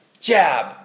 jab